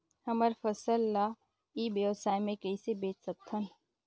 हमर फसल ल ई व्यवसाय मे कइसे बेच सकत हन?